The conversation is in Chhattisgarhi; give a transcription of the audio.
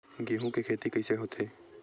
गेहूं के खेती कइसे होथे?